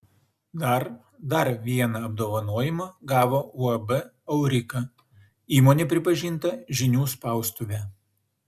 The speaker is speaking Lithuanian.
dar dar vieną apdovanojimą gavo uab aurika įmonė pripažinta žinių spaustuve